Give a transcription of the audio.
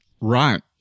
Right